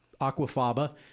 aquafaba